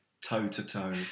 toe-to-toe